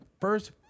first